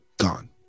Gone